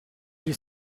gli